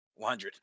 100